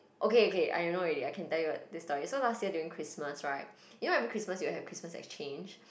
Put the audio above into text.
okay okay I know already I can tell you this story so last year during Christmas right you know every Christmas you'll have Christmas exchange